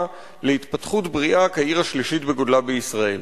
להתפתחות בריאה כעיר השלישית בגודלה בישראל.